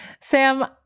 Sam